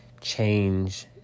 change